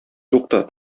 тукта